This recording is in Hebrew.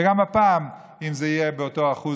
וגם הפעם, אם זה יהיה באותו אחוז,